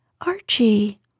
Archie